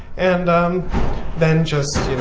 and um then, just,